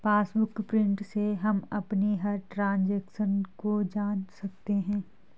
passbook print से हम अपनी हर ट्रांजेक्शन को जान सकते है